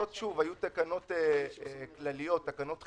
שוב, לקנסות היו תקנות כלליות, תקנות חירום.